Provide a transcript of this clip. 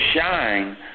shine